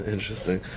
Interesting